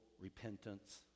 repentance